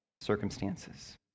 circumstances